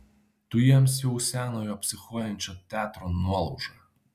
tu jiems jau senojo psichuojančio teatro nuolauža